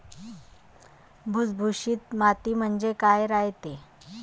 भुसभुशीत माती म्हणजे काय रायते?